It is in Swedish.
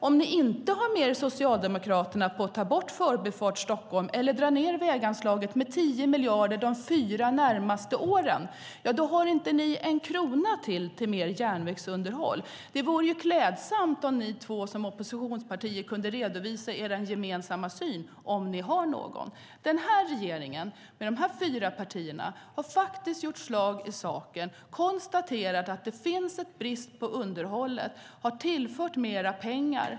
Om ni inte har med er Socialdemokraterna på att ta bort Förbifart Stockholm eller dra ned väganslaget med 10 miljarder kronor de fyra närmaste åren har ni inte en krona mer till mer järnvägsunderhåll. Det vore klädsamt om ni två som oppositionspartier kunde redovisa er gemensamma syn, om ni har någon. Den här regeringen, med de här fyra partierna, har faktiskt gjort slag i saken, konstaterat att det finns en brist i underhållet och har tillfört mer pengar.